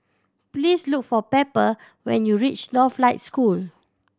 please look for Pepper when you reach Northlight School